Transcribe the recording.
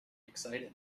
excited